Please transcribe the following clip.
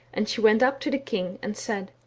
and she went up to the king, and said,